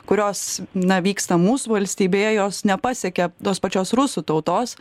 kurios na vyksta mūsų valstybėje jos nepasiekia tos pačios rusų tautos